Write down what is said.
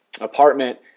apartment